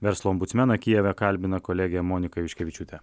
verslo ombudsmeną kijeve kalbina kolegė monika juškevičiūtė